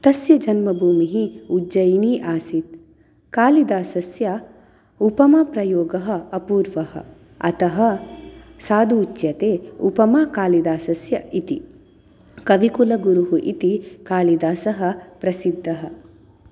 तस्य जन्मभूमिः उज्जयिनी आसीत् कालिदासस्य उपमाप्रयोगः अपूर्वः अतः साधु उच्यते उपमा कालिदासस्य इति कविकुलगुरुः इति कालिदासः प्रसिद्धः